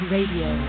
Radio